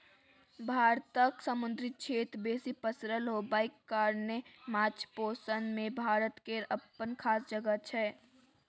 भारतक समुन्दरी क्षेत्र बेसी पसरल होबाक कारणेँ माछ पोसइ मे भारत केर अप्पन खास जगह छै